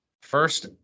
First